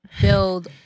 build